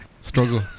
struggle